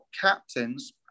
captains